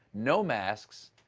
no masks.